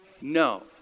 no